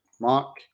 Mark